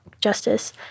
justice